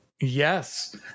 yes